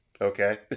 Okay